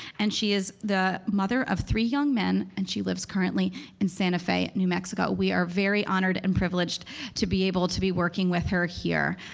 and she is the mother of three young men, and she lives currently in santa fe, new mexico. we are very honored and privileged to be able to be working with her here.